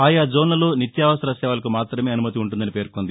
ఆయా జోన్లలో నిత్యావసర సేవలకు మాత్రమే అనుమతి ఉంటుందని పేర్కొంది